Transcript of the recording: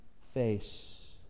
face